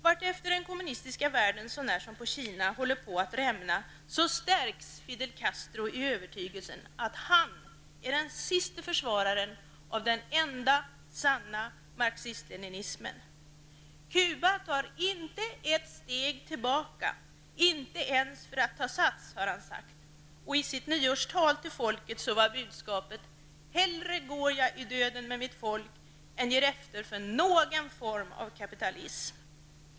Vartefter som den kommunistiska världen, så när på Kina, håller på att rämna stärks Fidel Castro i övertygelsen att han är den siste försvararen av den enda sanna marxism-leninismen. ''Kuba tar inte ett steg tillbaka, inte ens för att ta sats'', har han sagt. I sitt nyårstal till folket var budskapet ''hellre går jag i döden med mitt folk, än ger efter för någon form av kapitalism''.